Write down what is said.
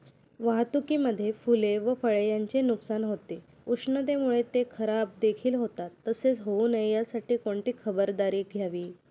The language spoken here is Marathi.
वाहतुकीमध्ये फूले व फळे यांचे नुकसान होते, उष्णतेमुळे ते खराबदेखील होतात तसे होऊ नये यासाठी कोणती खबरदारी घ्यावी?